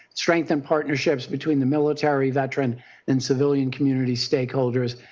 strengthen partnerships between the military veteran and civilian community stakeholders,